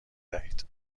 دهید